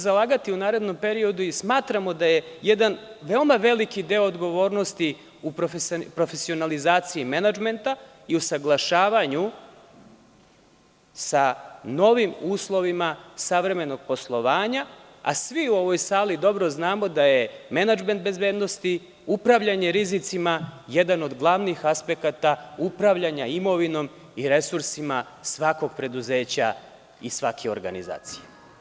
Zalagaćemo se u narednom periodu i smatramo da je jedan veoma veliki deo odgovornosti u profesionalizaciji menadžmenta i u usaglašavanju sa novim uslovima savremenog poslovanja, a svi u ovoj sali dobro znamo da je menadžment bezbednosti, upravljanje rizicima jedan od glavnih aspekata upravljanja imovinom i resursima svakog preduzeća i svake organizacije.